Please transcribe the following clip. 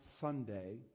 Sunday